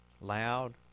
loud